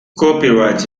copyright